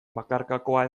bakarkakoa